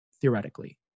theoretically